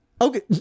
Okay